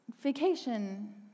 vacation